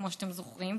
כמו שאתם זוכרים,